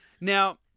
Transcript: Now